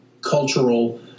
cultural –